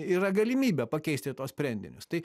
yra galimybė pakeisti tuos sprendinius tai